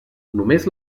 només